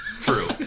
True